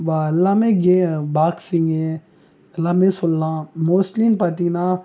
பா எல்லாமே கே பாக்ஸிங்கு எல்லாமே சொல்லலாம் மோஸ்ட்லினு பார்த்தீங்கன்னா